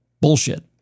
Bullshit